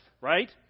right